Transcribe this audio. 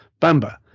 Bamba